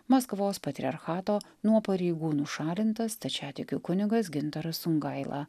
maskvos patriarchato nuo pareigų nušalintas stačiatikių kunigas gintaras sungaila